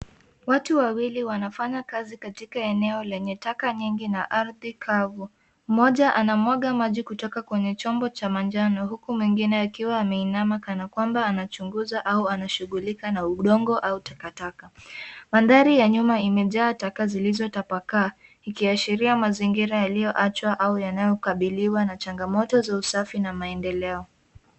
Watu wawili wanafanya kazi katika eneo lenye taka nyingi na ardhi kavu. Mmoja anamwanga maji kutoka kwenye chombo cha manjano huku mwingine akiwa ameinama kama kwamba anachunguza au anashungulika na udongo au takataka. Mandhari ya nyuma imejaa taka zilizotapakaa ikiashiria mazingira yalioachwa au yanayokabiliwa na changamoto za usafi na maendeleo.